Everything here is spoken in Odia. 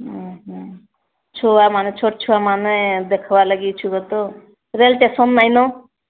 ଉଁ ହୁଁ ଛୁଆମାନେ ଛୋଟ ଛୁଆମାନେ ଦେଖିବା ଲାଗି ଇଚ୍ଛୁକ ତ ସିଆଡ଼େ ଷ୍ଟେସନ୍ ଲାଇନ୍